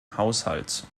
haushalts